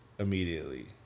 Immediately